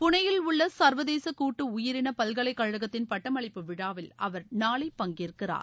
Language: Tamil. புனேயில் உள்ள சர்வதேச கூட்டு உயிரின பல்கலைக்கழகத்தின் பட்டமளிப்பு விழாவில் அவர் நாளை பங்கேற்கிறார்